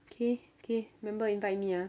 K K remember invite me ah